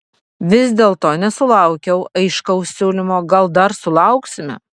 vis dėlto nesulaukiau aiškaus siūlymo gal dar sulauksime